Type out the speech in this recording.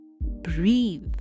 breathe